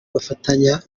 bafatanya